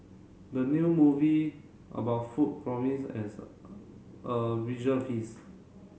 the new movie about food promise as a visual feast